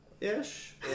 Ish